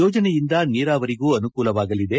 ಯೋಜನೆಯಿಂದ ನೀರಾವರಿಗೂ ಅನುಕೂಲವಾಗಲಿದೆ